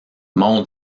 mon